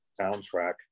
soundtrack